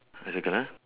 I circle ah